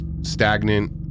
stagnant